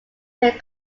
make